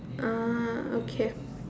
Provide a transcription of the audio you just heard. ah okay